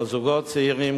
אבל זוגות צעירים,